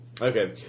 Okay